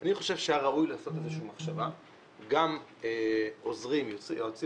אני חושב שהיה ראוי שיוחזר גם עוזרים ויועצים